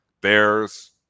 Bears